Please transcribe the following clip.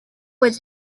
with